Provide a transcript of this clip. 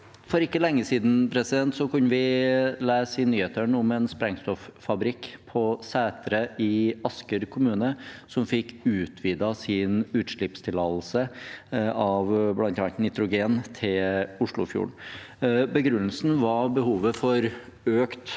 For ikke lenge siden kunne vi lese i nyhetene om en sprengstoffabrikk på Sætre i Asker kommune som fikk utvidet sin utslippstillatelse av bl.a. nitrogen til Oslofjorden. Begrunnelsen var behovet for økt